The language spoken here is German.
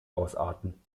ausarten